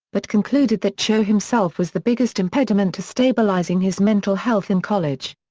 but concluded that cho himself was the biggest impediment to stabilizing his mental health in college.